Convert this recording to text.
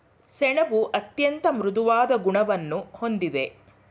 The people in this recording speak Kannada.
ಸೆಣಬು ಅತ್ಯಂತ ಮೃದುವಾದ ಗುಣವನ್ನು ಹೊಂದಿದೆ